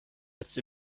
jetzt